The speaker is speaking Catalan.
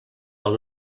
del